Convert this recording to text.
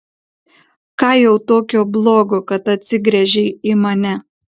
ką jau tokio blogo kad atsigręžei į mane